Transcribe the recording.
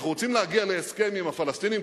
אנחנו רוצים להגיע להסכם עם הפלסטינים,